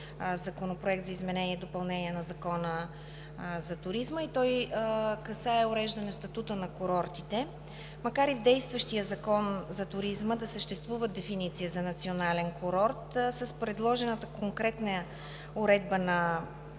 Законопроект за изменение и допълнение на Закона за туризма и той касае уреждане статута на курортите. Макар и в действащия Закон за туризма да съществува дефиниция за национален курорт с предложената конкретна уредба на